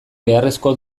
beharrezko